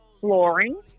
flooring